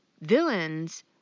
villains